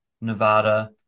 Nevada